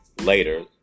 later